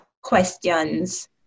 questions